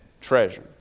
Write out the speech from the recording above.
treasure